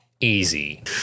Easy